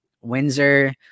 Windsor